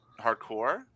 hardcore